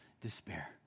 despair